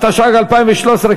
התשע"ג 2013,